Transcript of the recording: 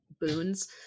boons